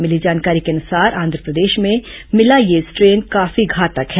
मिली जानकारी के अनुसार आंधप्रदेश में मिला यह स्ट्रेन काफी घातक है